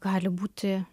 gali būti